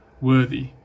worthy